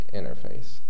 interface